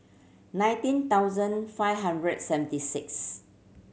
nineteen thousand five hundred seventy six